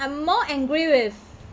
I'm more angry with